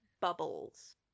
bubbles